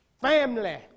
family